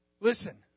Listen